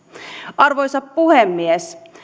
arvoisa puhemies